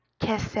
Kiss